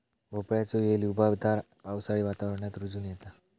भोपळ्याचो येल उबदार पावसाळी वातावरणात रुजोन येता